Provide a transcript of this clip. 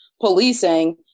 policing